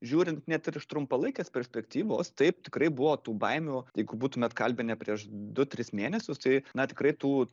žiūrint net iš trumpalaikės perspektyvos taip tikrai buvo tų baimių jeigu būtumėt kalbinę prieš du tris mėnesius tai na tikrai tų